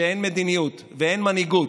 שאין מדיניות ואין מנהיגות,